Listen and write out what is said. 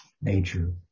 nature